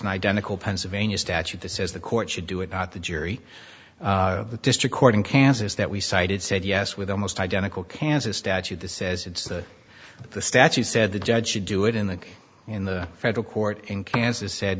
an identical pennsylvania statute that says the court should do it not the jury but district court in kansas that we cited said yes with almost identical kansas statute that says it's the statute said the judge should do it in the in the federal court in kansas said